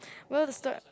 well the third